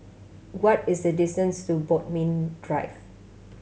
what is the distance to Bodmin Drive